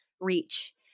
reach